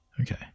Okay